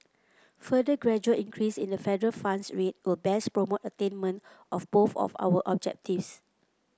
further gradual increase in the federal funds rate will best promote attainment of both of our objectives